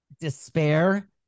despair